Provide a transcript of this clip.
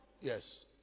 Yes